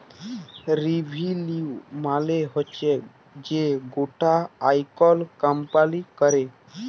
revenue মালে হচ্যে যে গটা আয় কল কম্পালি ক্যরে